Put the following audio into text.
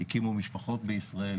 הקימו משפחות בישראל.